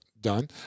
done